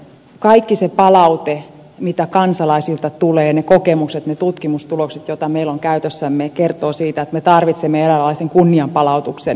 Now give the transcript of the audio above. kaikki se palaute mitä kansalaisilta tulee ne kokemukset ne tutkimustulokset joita meillä on käytössämme kertovat siitä että me tarvitsemme eräänlaisen kunnianpalautuksen terveyskeskuksiin